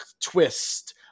twist –